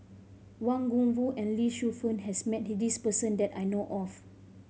Wang Gungwu and Lee Shu Fen has met this person that I know of